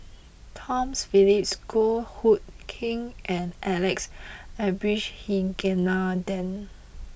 Tom Phillips Goh Hood Keng and Alex Abisheganaden